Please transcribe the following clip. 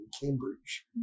Cambridge